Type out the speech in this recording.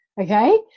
Okay